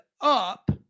up